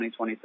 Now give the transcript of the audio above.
2023